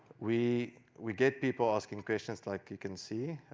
we we get people asking questions, like you can see,